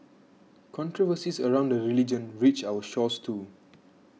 controversies around the religion reached our shores too